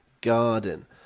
Garden